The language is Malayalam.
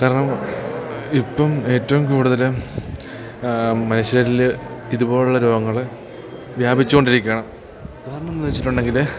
കാരണം ഇപ്പം ഏറ്റവും കൂടുതൽ മനുഷ്യരിൽ ഇതു പോലെയുള്ള രോഗങ്ങൾ വ്യാപിച്ചു കൊണ്ടിരിക്കുകയാണ് കാരണമെന്നു വെച്ചിട്ടുണ്ടെങ്കിൽ